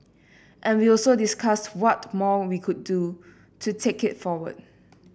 and we also discussed what more we could do to take it forward